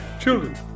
Children